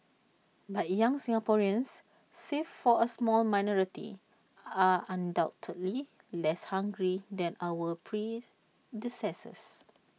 but young Singaporeans save for A small minority are undoubtedly less hungry than our predecessors